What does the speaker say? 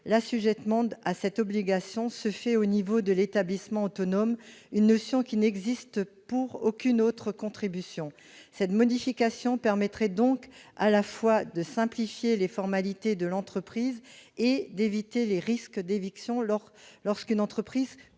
l'assujettissement à cette obligation est réalisé au niveau de l'établissement autonome, une notion qui n'existe pour aucune autre contribution. Cette modification permettrait donc à la fois de simplifier les formalités de l'entreprise et d'éviter les risques d'éviction lorsqu'une entreprise compte de